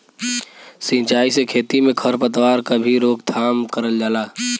सिंचाई से खेती में खर पतवार क भी रोकथाम करल जाला